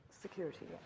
security